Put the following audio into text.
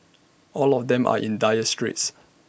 all of them are in dire straits